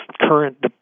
current